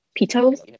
Pito's